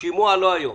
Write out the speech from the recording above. - שימוע לא היום.